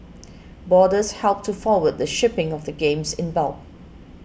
boarders helped to forward the shipping of the games in bulk